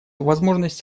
возможность